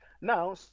Now